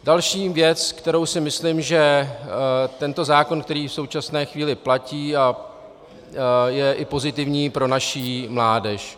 Další věc, kterou si myslím, je, že tento zákon, který v současné chvíli platí, je pozitivní i pro naši mládež.